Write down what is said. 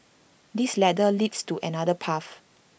this ladder leads to another path